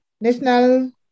national